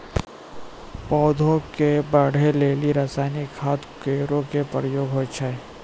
पौधा क बढ़ै लेलि रसायनिक खाद केरो प्रयोग होय छै